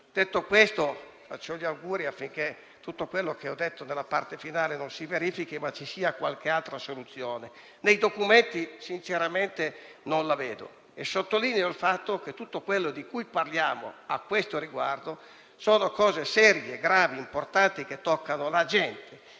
Detto questo, faccio gli auguri affinché tutto quello che ho detto nella parte finale del mio intervento non si verifichi, ma si trovi qualche altra soluzione. Nei documenti sinceramente non lo vedo e sottolineo il fatto che tutto quello di cui parliamo a questo riguardo tratta tematiche serie, gravi e importanti che toccano la gente,